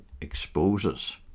exposes